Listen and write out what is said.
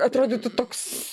atrodytų toks